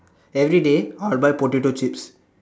everyday I will buy potato chips